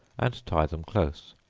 and tie them close.